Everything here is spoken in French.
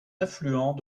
affluent